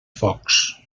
focs